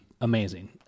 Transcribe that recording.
amazing